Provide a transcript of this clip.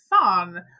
fun